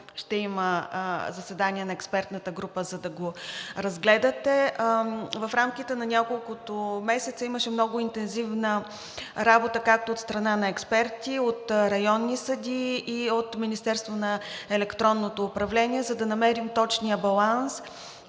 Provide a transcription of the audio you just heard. ще има заседание на експертната група, за да го разгледате. В рамките на няколкото месеца имаше много интензивна работа както от страна на експерти от районни съдии и от Министерството на електронното управление, за да намерим точния баланс